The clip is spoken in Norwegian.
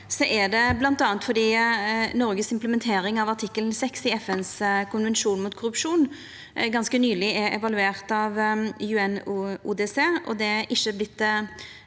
er det bl.a. fordi Noregs implementering av artikkel 6 i FNs konvensjon om korrupsjon ganske nyleg er evaluert av UNODC, og det har ikkje kome